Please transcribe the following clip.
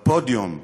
לפודיום,